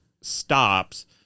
stops